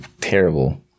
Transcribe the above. terrible